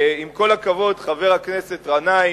עם כל הכבוד, חבר הכנסת גנאים,